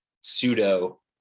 pseudo